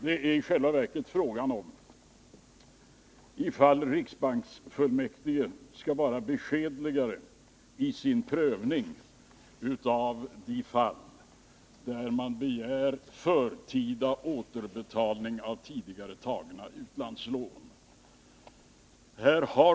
Det är i själva verket fråga om ifall riksbanksfullmäktige skall vara beskedligare i sin prövning av de fall där företagen begär förtida återbetalning av tidigare tagna utlandslån.